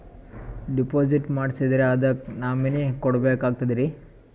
Deposit ಮಾಡ್ಸಿದ್ರ ಅದಕ್ಕ nominee ಕೊಡಬೇಕಾಗ್ತದ್ರಿ?